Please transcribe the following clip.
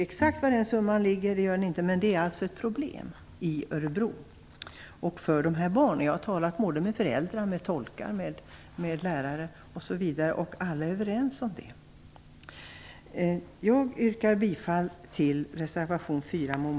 Exakt vilken summa det handlar om vet jag inte, men detta är ett problem för de här barnen i Örebro. Jag har talat med både föräldrar, tolkar och lärare, och alla är överens om detta.